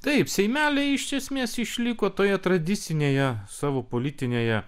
taip seimeliai iš esmės išliko toje tradicinėje savo politinėje